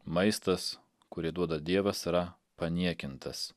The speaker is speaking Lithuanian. maistas kurį duoda dievas yra paniekintas